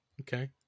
Okay